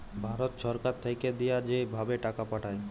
ভারত ছরকার থ্যাইকে দিঁয়া যে ভাবে টাকা পাঠায়